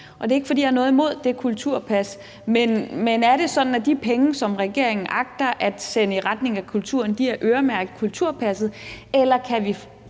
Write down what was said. Det er ikke, fordi jeg har noget imod det kulturpas, men er det sådan, at de penge, som regeringen agter at sende i retning af kulturen, er øremærket kulturpasset, eller kan vi